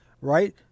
right